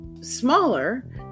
smaller